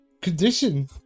condition